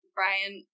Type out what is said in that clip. Brian